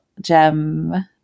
gem